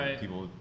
People